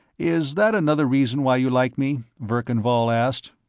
is that another reason why you like me? verkan vall asked.